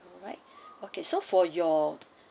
alright okay so for your